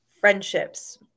friendships